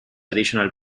additional